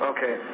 Okay